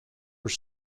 were